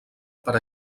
per